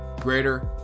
greater